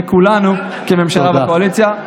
וכולנו כממשלה בקואליציה.